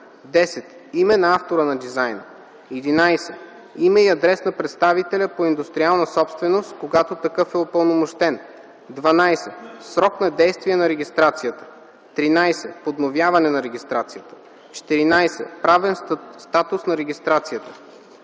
10. име на автора на дизайна; 11. име и адрес на представителя по индустриална собственост, когато такъв е упълномощен; 12. срок на действие на регистрацията; 13. подновяване на регистрацията; 14. правен статус на регистрацията;